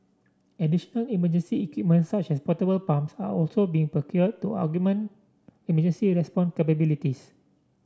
additional emergency equipment such as portable pumps are also being procured to augment emergency response capabilities